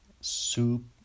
soup